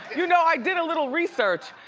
you know, i did a little research,